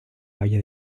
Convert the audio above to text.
valle